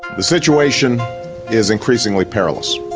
the situation is increasingly perilous.